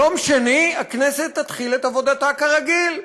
יום שני, הכנסת תתחיל את עבודתה כרגיל: